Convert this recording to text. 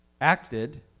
acted